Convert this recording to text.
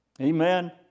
Amen